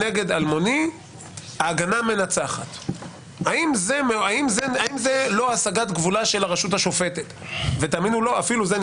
דובר פה בוועדה שההוראות המשוריינות זה קודם כול אלה שמשוריינות בשריון